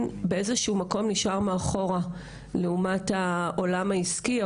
באיזה שהוא מקום נשאר מאחורה לעומת העולם העסקי,